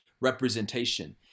representation